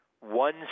one